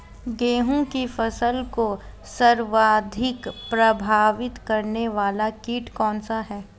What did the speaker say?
गेहूँ की फसल को सर्वाधिक प्रभावित करने वाला कीट कौनसा है?